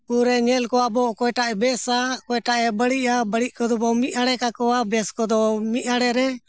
ᱩᱱᱨᱮ ᱧᱮᱞ ᱠᱚᱣᱟ ᱵᱚᱱ ᱚᱠᱚᱭᱴᱟᱜ ᱮ ᱵᱮᱥᱟ ᱚᱠᱚᱭᱴᱟᱜ ᱮ ᱵᱟᱹᱲᱤᱡᱼᱟ ᱵᱟᱹᱲᱤᱡ ᱠᱚᱫᱚ ᱵᱚᱱ ᱢᱤᱫ ᱟᱲᱮ ᱠᱟᱠᱚᱣᱟ ᱵᱮᱥ ᱠᱚᱫᱚ ᱢᱤᱫ ᱟᱲᱮᱨᱮ